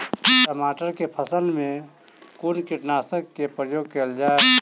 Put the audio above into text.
टमाटर केँ फसल मे कुन कीटनासक केँ प्रयोग कैल जाय?